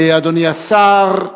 אדוני השר,